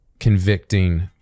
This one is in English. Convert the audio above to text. convicting